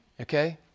Okay